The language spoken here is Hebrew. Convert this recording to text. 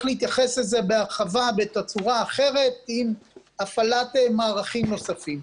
להתייחס לזה בהרחבה בתצורה אחרת עם הפעלת מערכים נוספים.